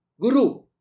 Guru